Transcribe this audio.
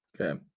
Okay